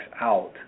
out